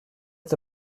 est